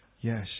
yes